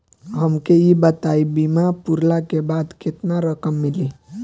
हमके ई बताईं बीमा पुरला के बाद केतना रकम मिली?